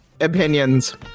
opinions